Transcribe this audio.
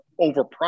overpriced